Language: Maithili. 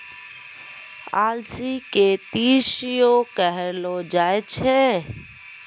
अलसी के तीसियो कहलो जाय छै